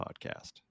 podcast